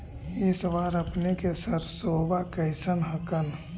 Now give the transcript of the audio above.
इस बार अपने के सरसोबा कैसन हकन?